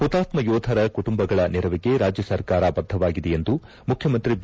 ಹುತಾತ್ಮ ಯೋಧರ ಕುಟುಂಬಗಳ ನೆರವಿಗೆ ರಾಜ್ಯ ಸರ್ಕಾರ ಬದ್ಧವಾಗಿದೆ ಎಂದು ಮುಖ್ಯಮಂತ್ರಿ ಬಿ